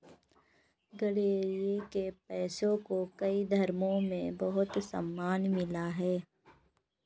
गरेड़िया के पेशे को कई धर्मों में बहुत सम्मान मिला है